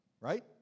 right